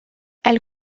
elle